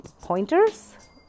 pointers